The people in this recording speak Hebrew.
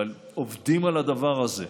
עובדים על הדבר הזה.